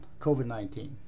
COVID-19